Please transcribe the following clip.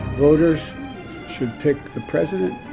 voters should pick the president